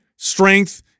Strength